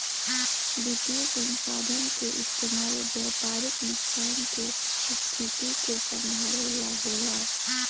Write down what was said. वित्तीय संसाधन के इस्तेमाल व्यापारिक नुकसान के स्थिति के संभाले ला होला